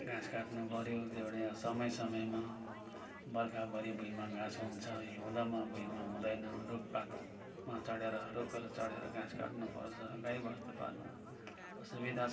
घाँस काट्नुपऱ्यो त्यो पनि समय समयमा बर्खाभरी भुइँमा घाँस हुन्छ हिउँदमा भुइँमा हुँदैन रुखपातमा चढेर रुखहरू चढेर घाँस काट्नुपर्छ तर गाईवस्तु पाल्नु असुविधा छ